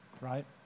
Right